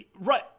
Right